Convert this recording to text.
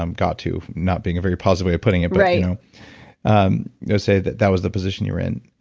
um got to not being a very positive way of putting it right let's you know um you know say that that was the position you were in.